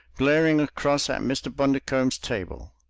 glaring across at mr. bundercombe's table.